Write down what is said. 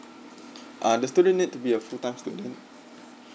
err the student need to be a full time student